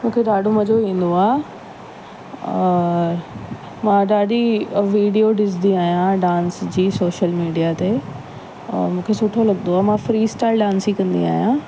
मूंखे ॾाढो मज़ो ईंदो आहे और मां ॾाढी वीडियो ॾिसंदी आहियां डांस जी सोशल मीडिया ते और मूंखे सुठो लॻंदो आहे मां फ्री स्टाइल डांस ई कंदी आहियां